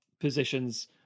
positions